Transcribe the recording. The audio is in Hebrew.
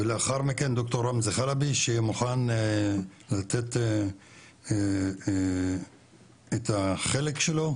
ולאחר מכן ד"ר רמזי חלבי שיהיה מוכן לתת את החלק שלו,